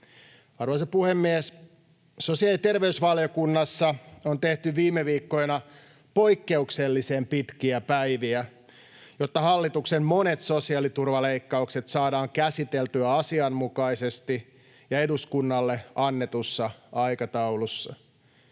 Arvoisa puhemies! Sosiaali- ja terveysvaliokunnassa on tehty viime viikkoina poikkeuksellisen pitkiä päiviä, jotta hallituksen monet sosiaaliturvaleikkaukset saadaan käsiteltyä asianmukaisesti ja eduskunnalle annetussa aikataulussa.